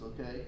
okay